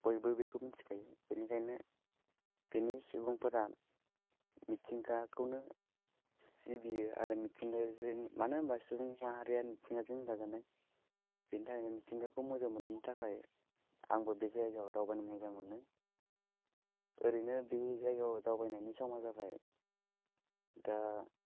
बयबो बेखौ मोन्थिखायो बेनिखायनो बेनि सुबुंफोरा मिथिंगाखौनो सिबियो आरो मिथिंगा जों मानो होनबा सुबुंमाहारिया मिथिंगाजों दाजानाय बेनि थाखायनो मिथिंगाखौ मोजां मोन्नायनि थाखाय आंबो बे जायगायाव दावबायनो मोजां मोनो ओरैनो बे जायगायाव दावबायनायनि समा जाबाय दा